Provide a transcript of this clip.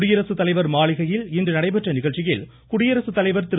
குடியரசுத்தலைவர் மாளிகையில் இன்று நடைபெற்ற நிகழ்ச்சியில் குடியரசுத்தலைவர் திரு